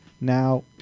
now